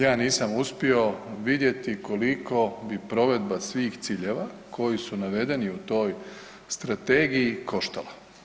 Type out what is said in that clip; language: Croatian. Ja nisam uspio vidjeti koliko bi provedba svih ciljeva koji su navedeni u toj strategiji koštala.